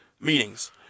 meetings